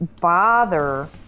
bother